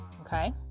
Okay